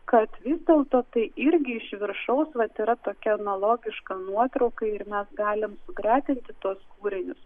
kad vis dėlto tai irgi iš viršaus vat yra tokia analogiška nuotrauka ir mes galim sugretinti tuos kūrinius